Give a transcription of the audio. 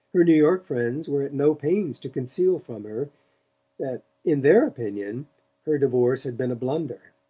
her new york friends were at no pains to conceal from her that in their opinion her divorce had been a blunder.